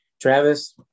Travis